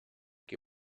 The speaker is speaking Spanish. que